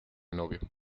novio